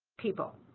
people.